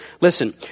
listen